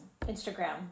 Instagram